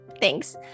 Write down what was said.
Thanks